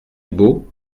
beau